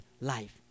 life